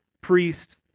priest